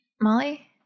Molly